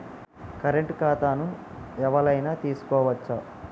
Current ఖాతాను ఎవలైనా తీసుకోవచ్చా?